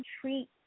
treat